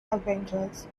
avengers